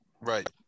Right